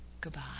Goodbye